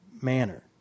manner